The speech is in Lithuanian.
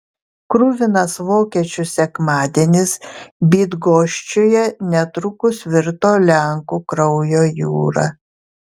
kruvinas vokiečių sekmadienis bydgoščiuje netrukus virto lenkų kraujo jūra